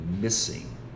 missing